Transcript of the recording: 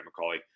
McCauley